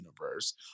universe